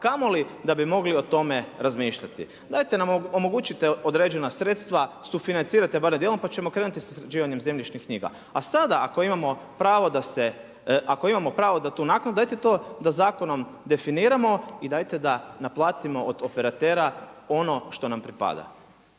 kamoli da bi mogli o tome razmišljati. Dajte nam omogućite određena sredstva, sufinancirajte barem dijelom pa ćemo krenuti sa sređivanjem zemljišnih knjiga. A sada ako imamo pravo da se, ako imamo pravo na tu naknadu dajte to da zakonom definiramo i dajte da naplatimo od operatera ono što nam pripada.